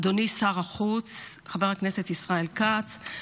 אדוני שר החוץ חבר הכנסת ישראל כץ,